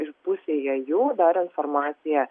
ir pusėje jų dar informacija